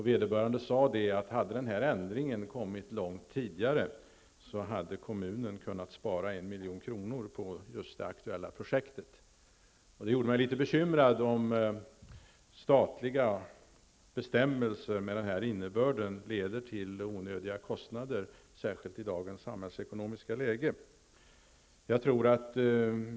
Vederbörande kommunalman sade att om denna ändring hade genomförts långt tidigare, hade kommunen kunnat spara 1 milj.kr. på det aktuella projektet. Det gör mig litet bekymrad om statliga bestämmelser med denna innebörd leder till onödiga kostnader, särskilt i dagens samhällsekonomiska läge.